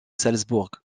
salzbourg